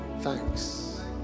thanks